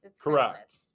Correct